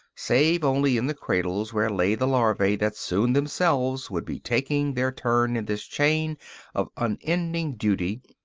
save only in the cradles where lay the larvae that soon themselves would be taking their turn in this chain of unending duty,